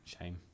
Shame